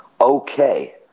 okay